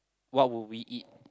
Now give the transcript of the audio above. what would we eat